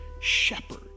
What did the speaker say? shepherd